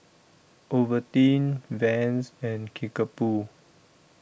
Ovaltine Vans and Kickapoo